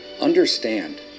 Understand